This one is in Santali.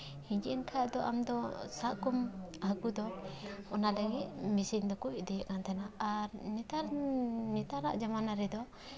ᱦᱤᱸᱡᱤᱫ ᱮᱱ ᱠᱷᱟᱱ ᱟᱢᱫᱚ ᱟᱫᱚ ᱥᱟᱵ ᱠᱚᱢ ᱦᱟᱹᱠᱩ ᱫᱚ ᱚᱱᱟ ᱛᱮᱜᱮ ᱢᱮᱥᱤᱱ ᱫᱚᱠᱚ ᱤᱫᱤᱭᱮᱜ ᱛᱟᱦᱮᱱᱟ ᱟᱨ ᱱᱮᱛᱟᱨ ᱱᱮᱛᱟᱨᱟᱜ ᱡᱟᱢᱟᱱᱟ ᱨᱮᱫᱚ